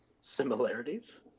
similarities